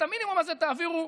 את המינימום הזה תעבירו.